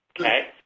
Okay